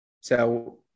So-